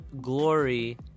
glory